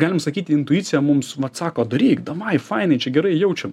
galim sakyt intuicija mums vat sako daryk davaj fainai čia gerai jaučia